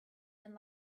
and